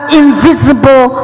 invisible